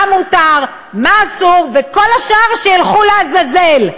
מה מותר, מה אסור, וכל השאר שילכו לעזאזל.